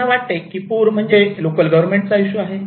त्यांना वाटते पूर म्हणजे लोकल गव्हर्मेंट चा इशू आहे